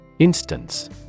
Instance